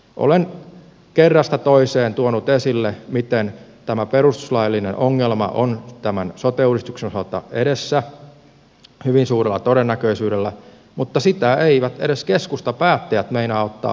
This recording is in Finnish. olen kerrasta toiseen tuonut esille miten tämä perustuslaillinen ongelma on tämän sote uudistuksen osalta edessä hyvin suurella todennäköisyydellä mutta sitä eivät edes keskustapäättäjät meinaa ottaa vakavasti kunnissa